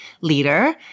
leader